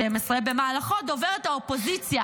שבמהלכו דוברת האופוזיציה,